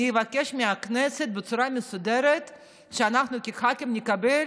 אני אבקש מהכנסת בצורה מסודרת שאנחנו כח"כים נקבל